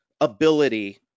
ability